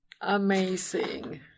Amazing